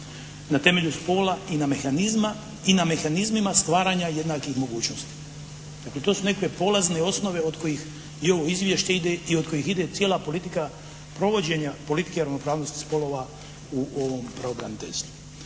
na temelju spola i na mehanizmima stvaranja jednakih mogućnosti. Dakle, to su neke polazne osnove od kojih i ovo izvješće ide i od kojih ide cijela politika provođenja politike ravnopravnosti spolova u ovom pravobraniteljstvu.